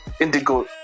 Indigo